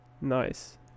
Nice